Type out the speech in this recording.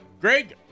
Greg